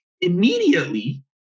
immediately